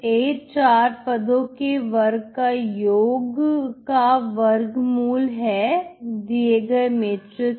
4 पदों के वर्ग के योग का वर्गमूल है दिए गए मैट्रिक्स में